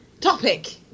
topic